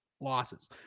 losses